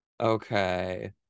Okay